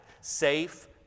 safe